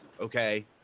Okay